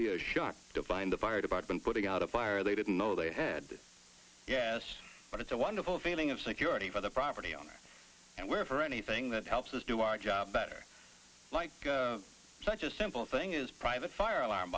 be a shock to find the fire department putting out a fire they didn't know they had yes but it's a wonderful feeling of security for the property owner and we're for anything that helps us do our job better like such a simple thing is private fire alarm